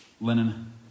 linen